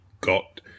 got